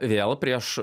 vėl prieš